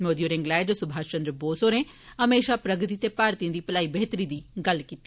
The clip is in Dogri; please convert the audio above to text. मोदी होरें गलाया सुभाष चन्द्र बोस होरें हमेशा प्रगति ते भारतीयें दी भलाई बेहतरी दी गल्ल कीती